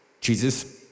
Jesus